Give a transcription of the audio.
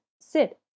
sit